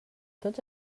tots